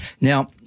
Now